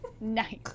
Nice